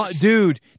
dude